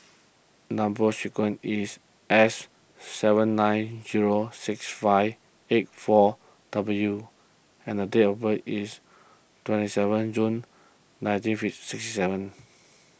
Number Sequence is S seven nine zero six five eight four W and the date of birth is twenty seven June nineteen sixty seven